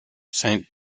saint